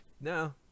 No